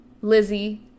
Lizzie